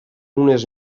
unes